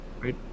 right